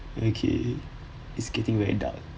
okay it's getting very dark